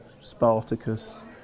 Spartacus